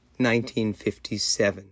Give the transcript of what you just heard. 1957